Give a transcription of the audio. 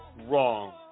wrong